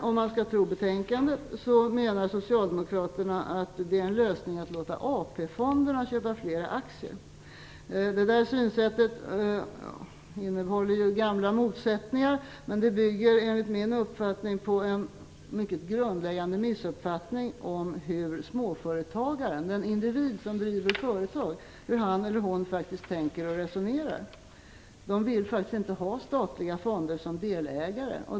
Om man skall tro betänkandet menar Socialdemokraterna att det är en lösning att låta AP-fonderna köpa fler aktier. Det synsättet innehåller gamla motsättningar, men det bygger enligt min uppfattning på en mycket grundläggande missuppfattning om hur småföretagaren, den individ som driver företag, tänker och resonerar. De vill faktiskt inte ha statliga fonder som delägare.